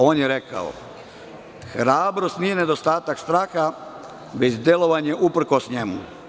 On je rekao – hrabrost nije nedostatak straha, već delovanje uprkos njemu.